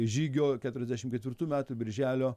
žygio keturiasdešim ketvirtų metų birželio